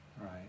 right